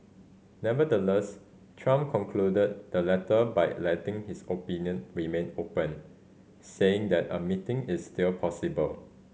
Nevertheless Trump concluded the letter by letting his option remain open saying that a meeting is still possible